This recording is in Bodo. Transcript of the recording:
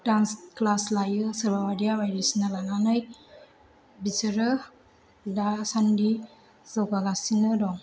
दान्स क्लास लायो सोरबा बादिया बायदिसिना लानानै बिसोरो दासान्दि जौगागासिनो दं